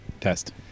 test